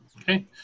Okay